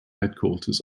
headquarters